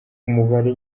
umubare